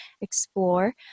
explore